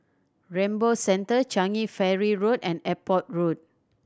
Rainbow Centre Changi Ferry Road and Airport Road